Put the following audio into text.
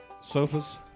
Sofas